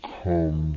come